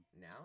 now